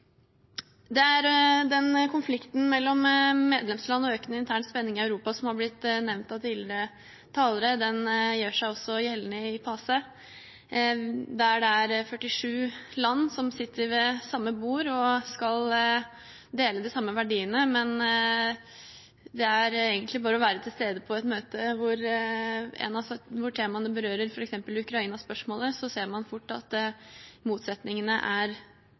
Konflikten mellom medlemsland og den økende interne spenningen i Europa som har blitt nevnt av tidligere talere, gjør seg også gjeldende i PACE, der 47 land sitter ved samme bord og skal dele de samme verdiene. Men ved bare å være til stede på et møte – 1 av 17 – der temaene berører f.eks. Ukraina-spørsmålet, ser man egentlig fort at motsetningene er